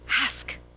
ask